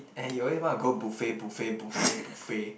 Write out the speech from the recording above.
and he always want to go buffet buffet buffet buffet